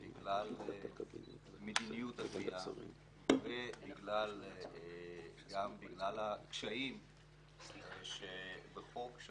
בגלל מדיניות הזויה וגם בגלל הקשיים שבחוק,